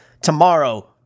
tomorrow